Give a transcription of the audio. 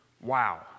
Wow